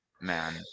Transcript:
man